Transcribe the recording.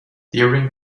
during